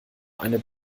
eine